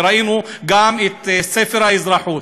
וראינו גם את ספר האזרחות.